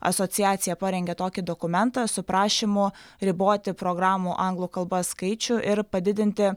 asociacija parengė tokį dokumentą su prašymu riboti programų anglų kalba skaičių ir padidinti